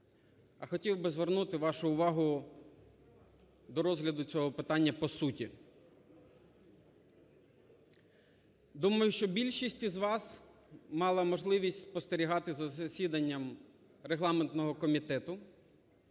а хотів би звернути вашу увагу до розгляду цього питання по суті. Думаю, що більшість із вас мала можливість спостерігати за засіданням регламентного комітету.